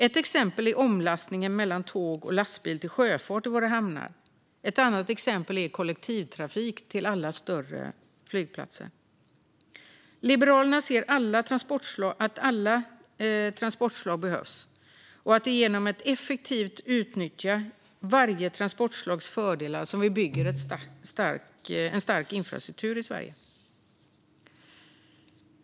Ett exempel är omlastning mellan tåg och lastbil till sjöfart i våra hamnar, och ett annat exempel är kollektivtrafik till alla större flygplatser. Liberalerna ser att alla transportslag behövs och att det är genom att effektivt utnyttja varje transportslags fördelar som vi bygger en stark infrastruktur i Sverige.